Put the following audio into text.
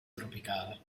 tropicale